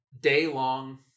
day-long